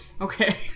Okay